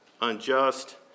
unjust